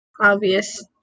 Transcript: obvious